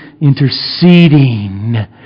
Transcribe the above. interceding